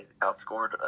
outscored